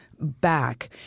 Back